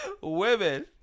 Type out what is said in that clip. Women